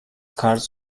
cards